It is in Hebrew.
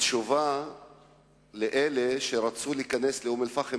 כתשובה לאלה שרצו להיכנס לאום-אל-פחם